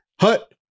Hut